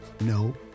no